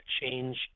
change